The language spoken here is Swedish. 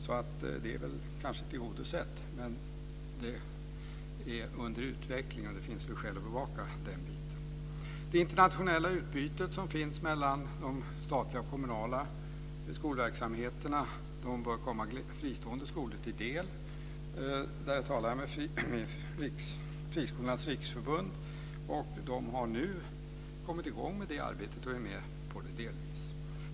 Det är väl kanske tillgodosett, men det är under utveckling. Det finns skäl att bevaka detta. Det internationella utbytet som finns i de statliga och kommunala skolverksamheterna bör komma fristående skolor till del. Jag talade med Friskolornas riksförbund, och de har nu kommit i gång med det arbetet och är delvis med där.